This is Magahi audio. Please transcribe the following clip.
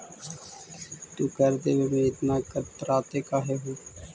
तू कर देवे में इतना कतराते काहे हु